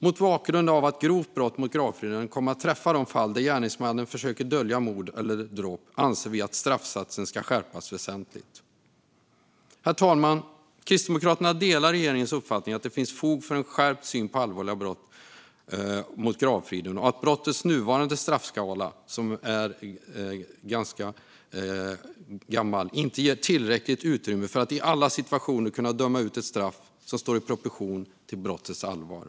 Mot bakgrund av att grovt brott mot gravfriden kommer att träffa de fall där gärningsmannen försöker dölja mord eller dråp anser vi att straffsatsen ska skärpas väsentligt. Herr talman! Kristdemokraterna delar regeringens uppfattning att det finns fog för en skärpt syn på allvarliga fall av brott mot gravfriden och att brottets nuvarande straffskala, som är ganska gammal, inte ger ett tillräckligt utrymme för att i alla situationer kunna döma ut ett straff som står i proportion till brottets allvar.